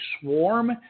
swarm